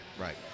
Right